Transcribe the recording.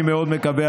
אני מאוד מקווה,